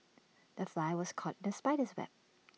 the fly was caught in the spider's web